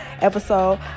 episode